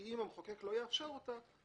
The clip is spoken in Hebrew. אם החוק לא יאפשר אותה,